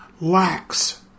lacks